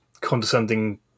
condescending